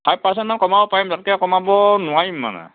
five পাৰ্চেণ্টমান কমাব পাৰিম তাতকৈ কমাব নোৱাৰিম মানে